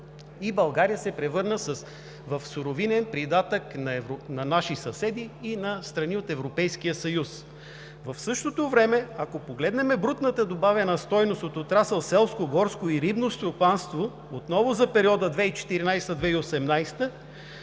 и България се превърна в суровинен придатък на наши съседи и на страни от Европейския съюз. В същото време, ако погледнем брутната добавена стойност от отрасъл „Селско, горско и рибно стопанство“, отново за периода 2014 – 2018